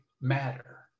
matter